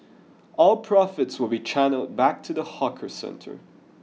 all profits will be channelled back to the hawker centre